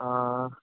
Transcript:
ആഹ്